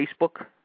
Facebook